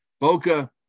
Boca